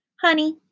honey